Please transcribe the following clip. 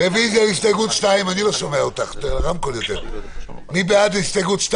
רוויזיה על הסתייגות מס' 2. מי בעד?